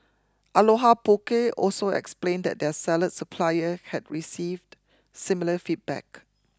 Aloha Poke also explained that their salad supplier had received similar feedback